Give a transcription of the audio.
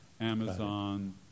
Amazon